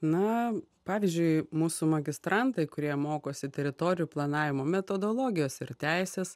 na pavyzdžiui mūsų magistrantai kurie mokosi teritorijų planavimo metodologijos ir teisės